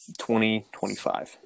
2025